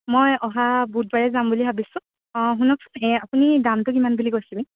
মই অহা বুধবাৰে যাম বুলি ভাবিছোঁ অঁ শুনকচোন এই আপুনি দামটো কিমান বুলি কৈছিলে